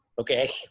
Okay